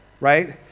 right